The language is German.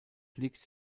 liegt